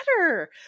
better